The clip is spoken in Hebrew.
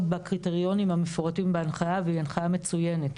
בקריטריונים המפורטים בהנחיה והיא הנחיה מצוינת.